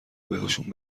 بهشون